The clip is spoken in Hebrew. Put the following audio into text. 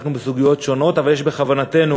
עסקנו בסוגיות שונות, אבל יש בכוונתנו